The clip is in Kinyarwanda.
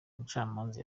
umucamanza